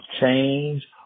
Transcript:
change